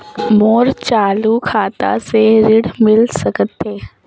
मोर चालू खाता से ऋण मिल सकथे?